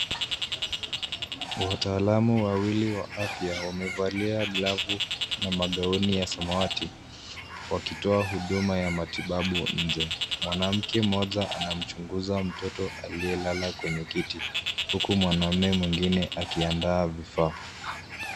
Wataalamu wawili wa afya wamevalia glavu na magauni ya samawati, wakitoa huduma ya matibabu nje. Mwanamke mmoja anamchunguza mtoto aliyelala kwenye kiti, huku mwanamme mwingine akiandaa vifaa.